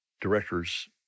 directors